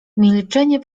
milczenie